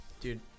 Dude